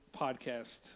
podcast